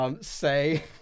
say